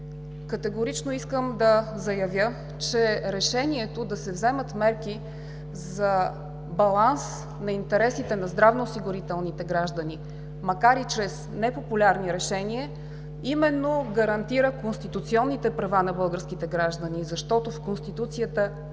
Категорично искам да заявя, че решението да се вземат мерки за баланс на интересите на здравноосигурените граждани, макар и чрез непопулярни решения, именно гарантира конституционните права на българските граждани. Защото в Конституцията е